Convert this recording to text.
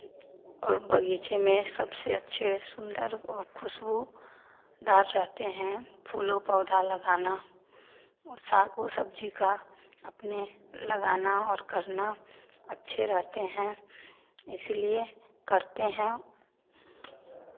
और बगीचे में सबसे अच्छे सुंदर और खुशबूदार रहते हैं फूलों पौधा लगाना साग और सब्ज़ी का अपने लगाना और करना अच्छे रहते हैं इसलिए करते हैं